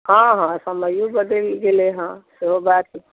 हँ हँ समयो बदलि गेलै हँ सेहो बात